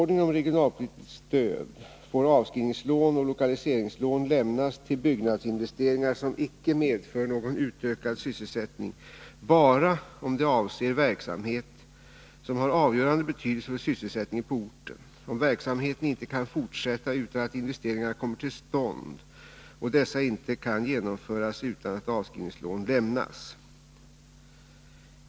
någon utökad sysselsättning bara om det avser verksamhet som har avgörande betydelse för sysselsättningen på orten, om verksamheten inte kan fortsätta utan att investeringarna kommer till stånd och dessa inte kan genomföras utan att avskrivningslån lämnas.